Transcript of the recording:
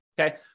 okay